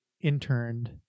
interned